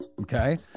Okay